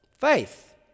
faith